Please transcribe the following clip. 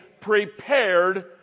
prepared